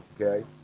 Okay